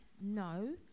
No